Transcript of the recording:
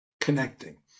connecting